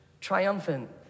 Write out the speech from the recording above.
triumphant